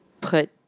put